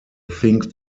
think